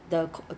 what kimchi